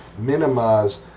minimize